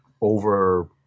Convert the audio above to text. over